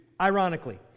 ironically